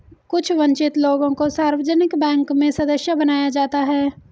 कुछ वन्चित लोगों को सार्वजनिक बैंक में सदस्य बनाया जाता है